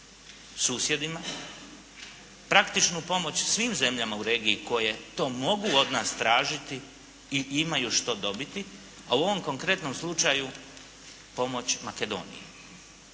susjedima, praktičnu pomoć svim zemljama u regiji koje to mogu od nas tražiti i imaju što dobiti. A u ovom konkretnom slučaju pomoć Makedoniji.